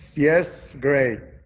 yes, gray.